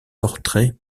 portrait